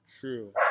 True